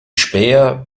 späher